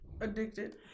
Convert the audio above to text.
Addicted